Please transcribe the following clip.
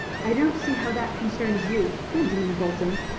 i don't see how that concerns you, benjamin bolton.